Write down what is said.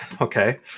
Okay